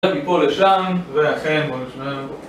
מפה לשם, ולכן בוא נשמע